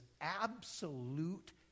absolute